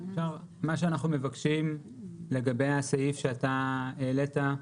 מה שאנחנו מבקשים לגבי הסעיף שאתה העלית,